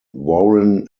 warren